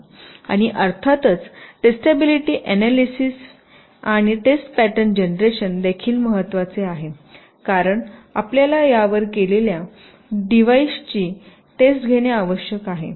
आणि अर्थातच testability analysis विश्लेषण आणि टेस्ट पॅटर्न जनरेशन देखील खूप महत्वाचे आहे कारण आपल्याला तयार केलेल्या डिवाइसची टेस्ट घेणे आवश्यक आहे